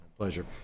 Pleasure